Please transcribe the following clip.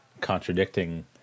contradicting